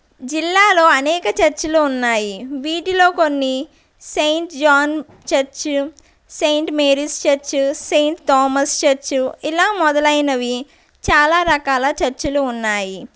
జిల్లాలో అనేక చర్చలు ఉన్నాయి వీటిలో కొన్ని Saint John church Saint Mary's church Saint Thomas church ఇలా మొదలైనవి చాలా రకాల చర్చిలు ఉన్నాయి